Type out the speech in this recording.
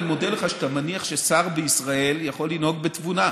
אני מודה לך שאתה מניח ששר בישראל יכול לנהוג בתבונה.